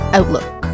Outlook